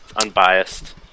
unbiased